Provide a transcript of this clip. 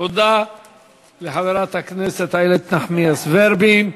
תודה רבה לחברת הכנסת איילת נחמיאס ורבין.